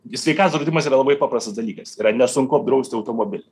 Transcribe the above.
sveikatos draudimas yra labai paprastas dalykas yra nesunku apdrausti automobilį